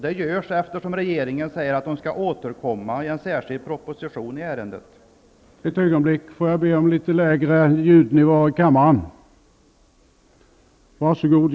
Det görs eftersom regeringen sagt att den skall återkomma i en särskild proposition i ärendet. Herr talman!